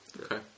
Okay